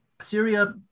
Syria